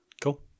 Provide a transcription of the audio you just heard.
Cool